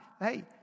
hey